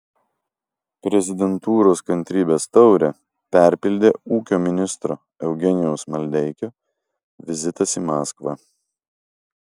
prezidentūros kantrybės taurę perpildė ūkio ministro eugenijaus maldeikio vizitas į maskvą